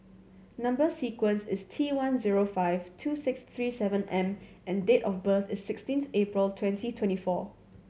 number sequence is T one zero five two six three seven M and date of birth is sixteenth April twenty twenty four